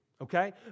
okay